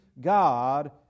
God